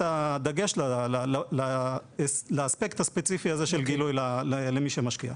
הדגש באספקט הספציפי הזה של גילוי למי שמשקיע.